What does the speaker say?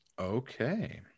okay